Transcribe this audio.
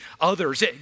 others